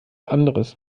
anderes